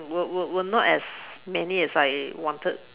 were were were not as many as I wanted